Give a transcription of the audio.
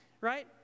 right